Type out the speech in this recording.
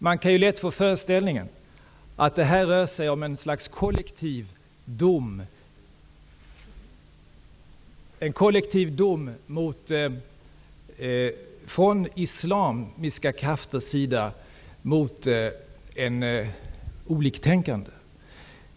Man kan lätt få föreställningen att det här rör sig om ett slags kollektiv dom från islamiska krafters sida mot en oliktänkande.